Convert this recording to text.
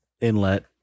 inlet